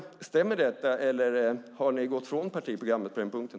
Stämmer detta eller har ni gått ifrån partiprogrammet på den punkten?